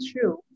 true